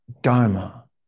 Dharma